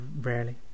rarely